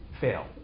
fail